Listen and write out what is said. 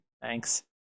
thanks